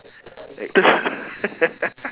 actor